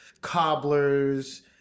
cobblers